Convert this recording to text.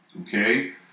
okay